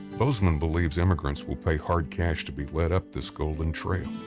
bozeman believes emigrants will pay hard cash to be lead up this golden trail.